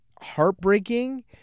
heartbreaking